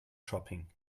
shopping